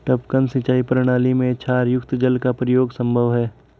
टपकन सिंचाई प्रणाली में क्षारयुक्त जल का प्रयोग संभव है